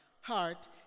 heart